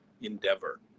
endeavor